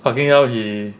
fucking hell he